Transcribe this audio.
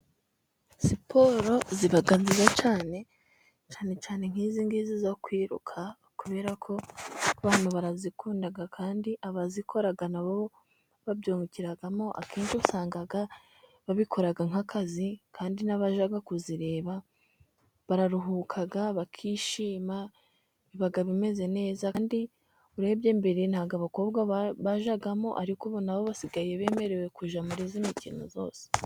Siporo ziba nziza cyane, cyane cyane nk'izi ngizi zo kwiruka, kubera ko abantu barazikunda, kandi abazikora na bo babyungukiramo akenshi usanga babikora nk'akazi, kandi n'abajya kuzireba bararuhuka bakishima biba bimeze neza kandi urebye mbere ntabwo abakobwa bajyagamo, ariko ubu na bo basigaye bemerewe kujya mu yindi mikino yose.